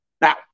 Now